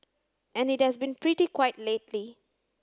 and it has been pretty quiet lately